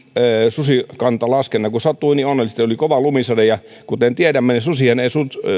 susikantalaskennan kun sattui niin onnellisesti että oli kova lumisade ja kuten tiedämme niin susihan ei